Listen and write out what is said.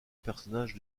personnage